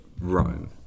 Rome